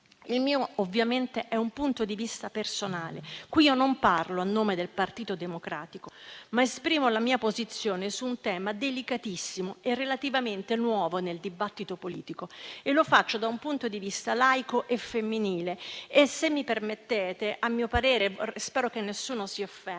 Il mio, ovviamente, è un punto di vista personale. Io non parlo a nome del Partito Democratico, ma esprimo la mia posizione su un tema delicatissimo e relativamente nuovo nel dibattito politico e lo faccio da un punto di vista laico e femminile e, se mi permettete - spero che nessuno si offenda